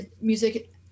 music